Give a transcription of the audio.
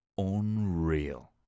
unreal